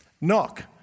Knock